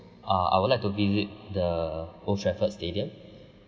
uh I would like to visit the old trafford stadium